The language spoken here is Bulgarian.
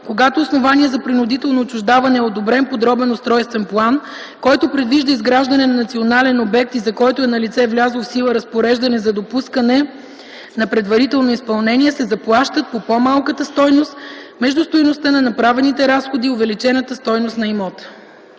когато основание за принудително отчуждаване е одобрен подробен устройствен план, който предвижда изграждане на национален обект и за който е налице влязло в сила разпореждане за допускане на предварително изпълнение, се заплащат по по-малката стойност между стойността на направените разходи и увеличената стойност на имота.”